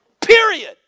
Period